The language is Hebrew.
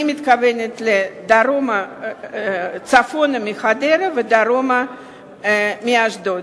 אני מתכוונת צפונה מחדרה ודרומה מאשדוד.